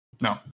No